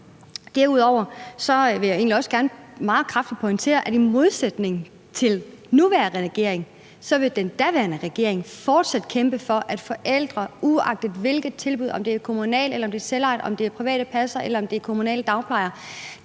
Derudover vil jeg egentlig også gerne meget kraftigt pointere, at i modsætning til den nuværende regering ville den daværende regering fortsat have kæmpet for, at forældre, uagtet hvilket tilbud der er tale om – om det er kommunale eller selvejede tilbud, om det er private passere eller kommunale dagplejere